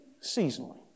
seasonally